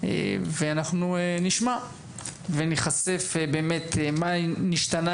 ואנחנו נשמע וניחשף למה נשתנה,